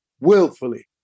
willfully